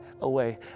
away